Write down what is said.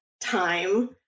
time